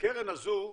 הקרן הזו,